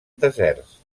deserts